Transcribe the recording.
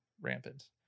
Rampant